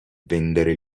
vendere